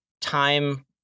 time